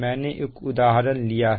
मैंने एक उदाहरण लिया है